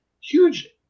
huge